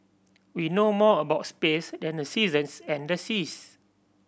we know more about space than the seasons and the seas